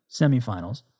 semifinals